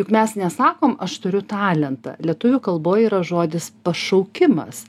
juk mes nesakom aš turiu talentą lietuvių kalboj yra žodis pašaukimas